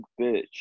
bitch